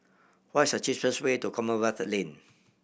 what is the cheapest way to Commonwealth Lane